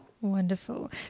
Wonderful